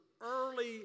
early